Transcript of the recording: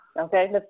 Okay